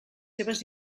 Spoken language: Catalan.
seves